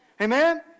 Amen